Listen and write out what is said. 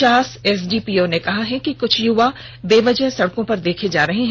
Chas SDPO ने कहा कि कुछ युवा बेवजह सड़क पर देखे जा रहे हैं